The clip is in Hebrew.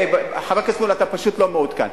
חבר הכנסת מולה, אתה פשוט לא מעודכן.